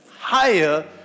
Higher